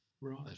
right